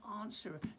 answer